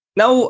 now